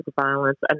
violence